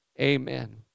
amen